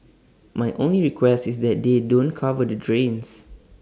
my only request is that they don't cover the drains